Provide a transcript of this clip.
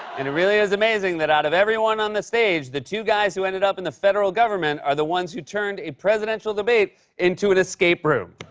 and it really is amazing that out of everyone on the stage, the two guys who ended up in the federal government are the ones who turned a presidential debate into an escape room.